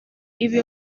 ibi